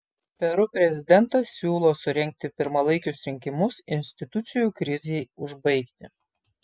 peru prezidentas siūlo surengti pirmalaikius rinkimus institucijų krizei užbaigti